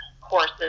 courses